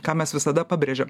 ką mes visada pabrėžiam